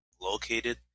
located